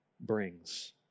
brings